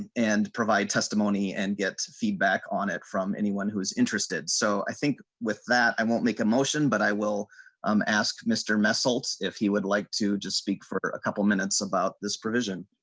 and provide testimony and get feedback on it from anyone who is interested so i think with that i won't make a motion but i will um ask mister missiles if you would like to just speak for a couple minutes about this prison.